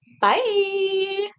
Bye